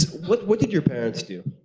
what what did your parents do?